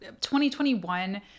2021